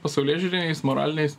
pasaulėžiūriniais moraliniais